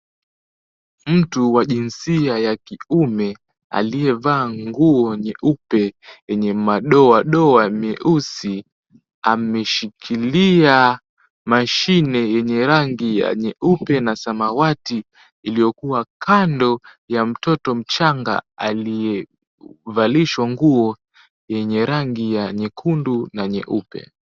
Mtu wa jinsia ya kiume aliyevaa nguo nyeupe yenye madoadoa meusi. Ameshikilia mashine yenye rangi ya nyeupe na samawati iliyokuwa kando ya mtoto mchanga aliyevalishwa nguo yenye rangi ya nyekundu na nyeupe.